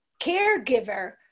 caregiver